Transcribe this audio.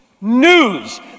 news